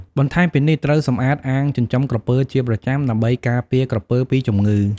បន្ថែមពីនេះត្រូវសម្អាតអាងចិញ្ចឹមក្រពើជាប្រចាំដើម្បីការពារក្រពើពីជំងឺ។